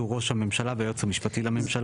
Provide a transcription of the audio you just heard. ראש הממשלה והיועץ המשפטי לממשלה'.